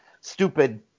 Stupid